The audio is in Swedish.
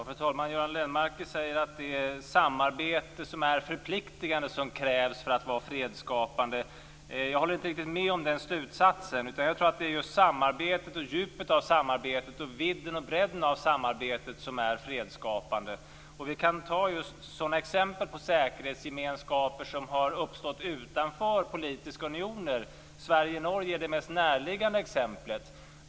Fru talman! Göran Lennmarker säger att det är samarbete som är förpliktigande som krävs för att det skall vara fredsskapande. Jag håller inte riktigt med om den slutsatsen. Jag tror att det är just samarbetet och djupet, vidden och bredden av samarbetet som är fredsskapande. Vi kan som exempel ta säkerhetsgemenskaper som har uppstått utanför politiska unioner. Sverige Norge är det mest närliggande exemplet.